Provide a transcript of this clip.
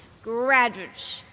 graduates,